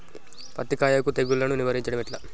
పత్తి కాయకు తెగుళ్లను నివారించడం ఎట్లా?